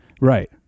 Right